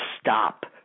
stop